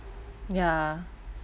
ya